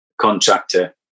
contractor